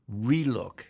relook